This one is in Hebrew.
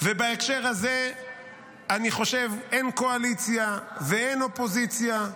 ובהקשר הזה אני חושב שאין קואליציה ואין אופוזיציה.